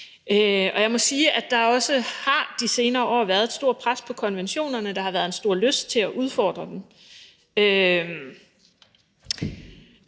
Og jeg må sige, at der også i de seneste år har været et stort pres på konventionerne, og der har været en stor lyst til at udfordre dem.